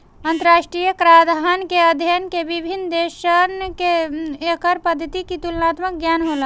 अंतरराष्ट्रीय कराधान के अध्ययन से विभिन्न देशसन के कर पद्धति के तुलनात्मक ज्ञान होला